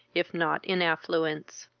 if not in affluence.